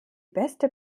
beste